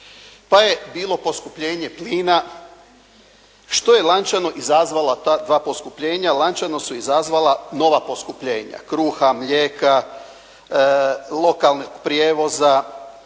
Pa je bilo poskupljenje plina što je lančano izazvala, ta dva poskupljenja lančano su izazvala nova poskupljenja: kruha, mlijeka, … /Govornik